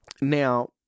Now